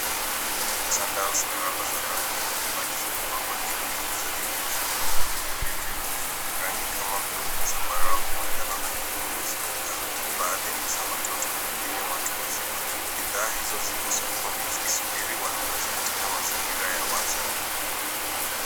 Sandals na rubber za rangi mbalimbali zimepangwa juu ya meza iliyofunikwa gunia jeupe. Rangi kama blue ,zambarau, manjano na nyekundu zinang'aa. Baadhi ni za watoto nyingine watu wazima. Bidhaa hizo zipo sokoni zikisubiri wanunuzi katika mazingira ya wazi.